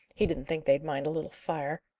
he didn't think they'd mind a little fire.